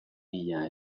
mila